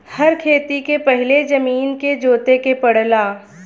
हर खेती के पहिले जमीन के जोते के पड़ला